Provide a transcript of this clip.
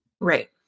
Right